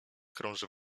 krąży